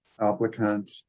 applicant